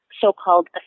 so-called